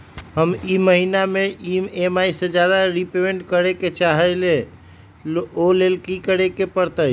हम ई महिना में ई.एम.आई से ज्यादा रीपेमेंट करे के चाहईले ओ लेल की करे के परतई?